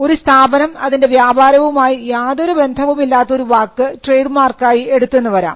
ഒരു സ്ഥാപനം അതിൻറെ വ്യാപാരവുമായി യാതൊരു ബന്ധവും ഇല്ലാത്ത ഒരു വാക്ക് ട്രേഡ് മാർക്കായി എടുത്തെന്ന് വരാം